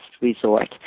resort